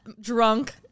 drunk